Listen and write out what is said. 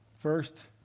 First